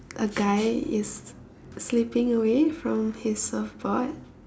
a guy is slipping away from his surfboard